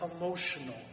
emotional